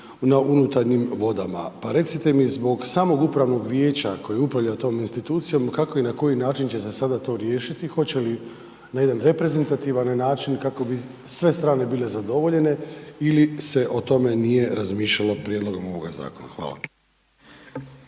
na unutarnjim vodama pa recite mi zbog samog upravnog vijeća koje upravlja tom institucijom, kako i na koji način će zasada to riješiti, hoće li na jedan reprezentativan način kako bi sve strane bile zadovoljene ili se o tome nije razmišljalo prijedlogom ovoga zakona? Hvala.